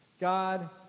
God